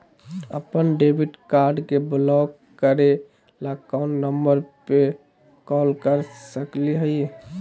अपन debit card के block करे ला कौन नंबर पे कॉल कर सकली हई?